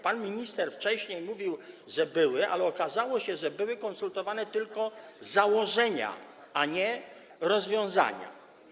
Pan minister wcześniej mówił, że były, ale okazało się, że były konsultowane tylko założenia, a nie rozwiązania.